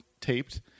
taped